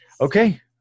Okay